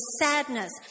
sadness